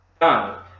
done